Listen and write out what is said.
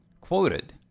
quoted